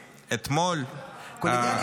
--- קולגיאליות,